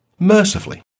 Mercifully